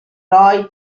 roy